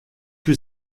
que